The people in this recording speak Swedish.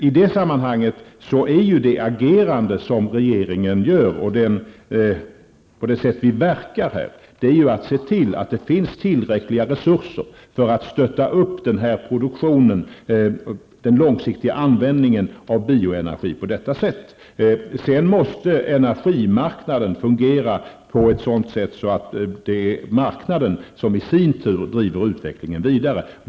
I det sammanhanget verkar regeringen för att se till att det finns tillräckliga resurser för att stötta upp den här produktionen och den långsiktiga användningen av bioenergi på detta sätt. Sedan måste energimarknaden fungera på ett sådant sätt att marknaden i sin tur driver utvecklingen vidare.